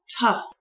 tough